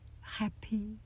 happy